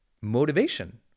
motivation